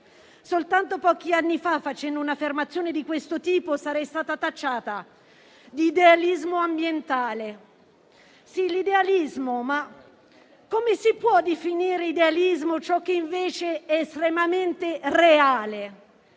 Soltanto pochi anni fa, facendo un'affermazione di questo tipo, sarei stata tacciata di idealismo ambientale. Sì, l'idealismo. Ma come si può definire idealismo ciò che invece è estremamente reale,